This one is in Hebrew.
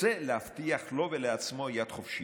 רוצה להבטיח לו ולעצמו יד חופשית.